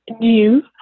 new